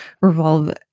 revolve